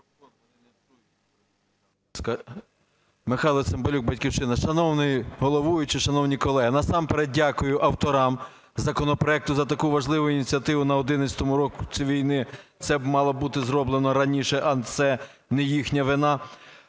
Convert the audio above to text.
Михайло Цимбалюк, "Батьківщина". Шановний головуючий, шановні колеги, насамперед дякую авторам законопроекту за таку важливу ініціативу на одинадцятому році війни, це б мало бути зроблено раніше, але це не їхня вина.